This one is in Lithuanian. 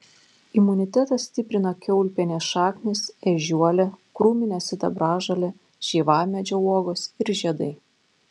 imunitetą stiprina kiaulpienės šaknys ežiuolė krūminė sidabražolė šeivamedžio uogos ir žiedai